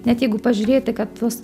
net jeigu pažiūrėti kad tuos